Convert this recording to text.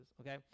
okay